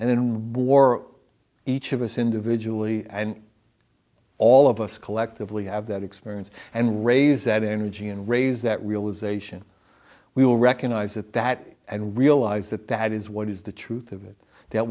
and then wore each of us individually and all of us collectively have that experience and raise that energy and raise that realization we will recognize that that and realize that that is what is the truth of it that